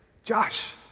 Josh